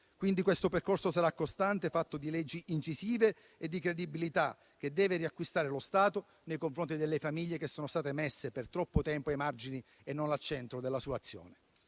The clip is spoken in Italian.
Questo percorso quindi sarà costante, fatto di leggi incisive e di credibilità che deve riacquistare lo Stato nei confronti delle famiglie che sono state messe per troppo tempo ai margini e non al centro della sua azione.